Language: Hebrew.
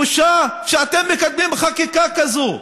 בושה שאתם מקדמים חקיקה כזו.